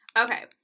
Okay